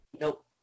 Nope